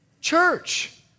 Church